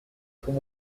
faut